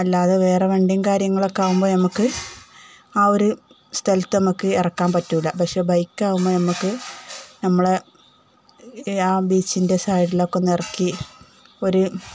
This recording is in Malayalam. അല്ലാതെ വേറെ വണ്ടിയും കാര്യങ്ങളുമൊക്കെ ആകുമ്പോള് നമുക്ക് ആ ഒരു സ്ഥലത്ത് നമുക്ക് ഇറക്കാൻ പറ്റില്ല പക്ഷെ ബൈക്കാകുമ്പോള് നമുക്ക് നമ്മുടെ ആ ബീച്ചിൻ്റെ സൈഡിലൊക്കെ ഒന്നിറക്കി ഒരു